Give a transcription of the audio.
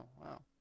wow